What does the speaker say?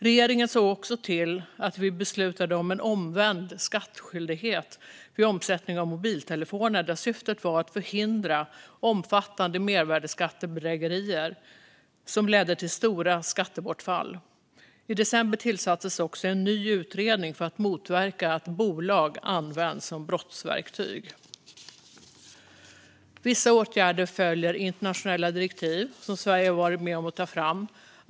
Regeringen såg också till att vi beslutade om en omvänd skattskyldighet vid omsättning av mobiltelefoner. Syftet är att förhindra omfattande mervärdesskattebedrägerier som leder till stora skattebortfall. I december tillsattes också en ny utredning för att motverka att bolag används som brottsverktyg. Vissa åtgärder följer internationella direktiv som Sverige har varit med om att ta fram.